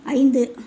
ஐந்து